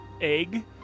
egg